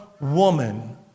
woman